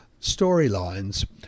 storylines